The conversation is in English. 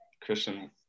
Christian